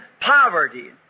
poverty